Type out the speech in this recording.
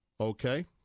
Okay